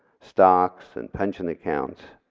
stocks, and pension accounts,